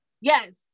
Yes